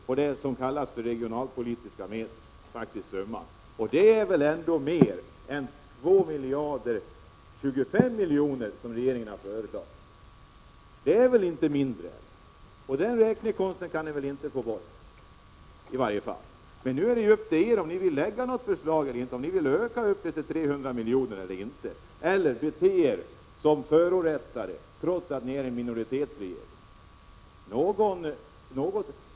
när det gäller regionalpolitiska medel. Detta är ju mer än 2 025 000 000 kr. som regeringen har föreslagit. Det är inte mindre, och därvidlag kan ni inte bortförklara räknekonsten. Men nu beror det på er om ni vill lägga fram något förslag eller inte — om ni vill öka summan till 300 milj.kr. i höst eller inte. Eller skall ni bete er som om ni var förorättade, trots att vi har en minoritetsregering?